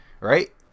Right